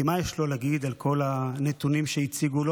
כי מה יש לו להגיד על כל הנתונים שהציגו לו?